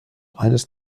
eines